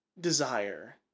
desire